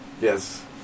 Yes